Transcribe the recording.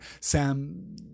Sam